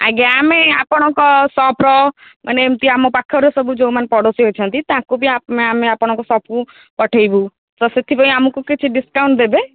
ଆଜ୍ଞା ଆମେ ଆପଣଙ୍କ ସପ୍ର ମାନେ ଏମତି ଆମ ପାଖର ସବୁ ଯେଉଁମାନେ ସବୁ ପଡ଼ୋଶୀ ଅଛନ୍ତି ତାଙ୍କୁ ବି ଆମେ ଆପଣଙ୍କ ସପ୍କୁ ପଠେଇବୁ ତ ସେଥିପାଇଁ ଆମକୁ କିଛି ଡିସକାଉଣ୍ଟ ଦେବେ